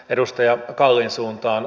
edustaja kallin suuntaan